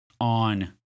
on